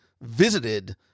visited